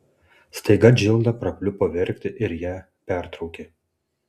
staiga džilda prapliupo verkti ir ją pertraukė